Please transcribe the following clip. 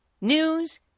news